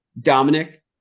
dominic